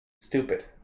Stupid